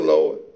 Lord